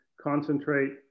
concentrate